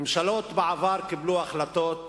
ממשלות בעבר קיבלו החלטות